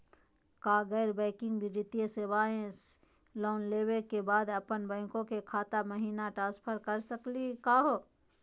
का गैर बैंकिंग वित्तीय सेवाएं स लोन लेवै के बाद अपन बैंको के खाता महिना ट्रांसफर कर सकनी का हो?